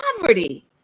poverty